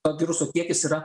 to viruso kiekis yra